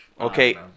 Okay